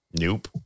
Nope